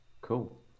Cool